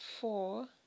four